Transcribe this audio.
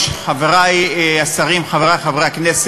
השאלה אם יישאר כסף בסוף.